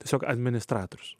tiesiog administratorius